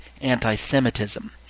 anti-Semitism